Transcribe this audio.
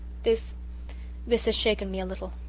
this this has shaken me a little.